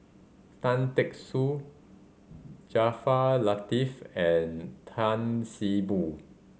Tan Teck Soon Jaafar Latiff and Tan See Boo